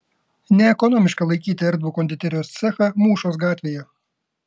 neekonomiška laikyti erdvų konditerijos cechą mūšos gatvėje